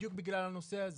בדיוק בגלל הנושא הזה.